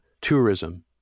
tourism